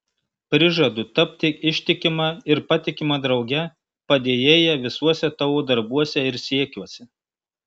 prižadu tapti ištikima ir patikima drauge padėjėja visuose tavo darbuose ir siekiuose